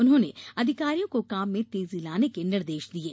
उन्होंने अधिकारियों को काम में तेजी लाने के निर्देश दिये